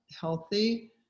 healthy